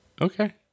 Okay